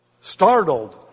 Startled